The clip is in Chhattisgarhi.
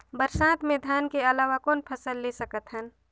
बरसात मे धान के अलावा कौन फसल ले सकत हन?